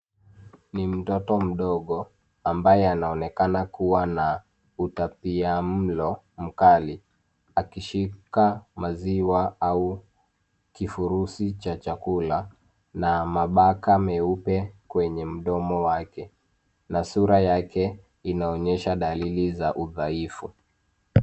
Ni mtoto mdogo ambaye anaonekana kuwa na utapia mlo mkali akishika maziwa au kifurushi cha chakula na mabaka meupe kwenye mdomo wake na sura yake inaonyesha dalili za udhaifu.